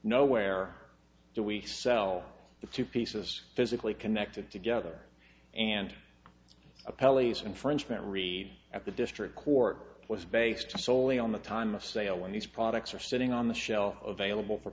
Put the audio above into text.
nowhere do we sell it to pieces physically connected together and a pelleas infringement read at the district court was based soley on the time of sale when these products are sitting on the shelf available for